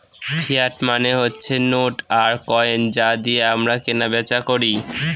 fiat মানে হচ্ছে note আর কয়েন যা দিয়ে আমরা কেনা বেচা করি